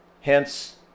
Hence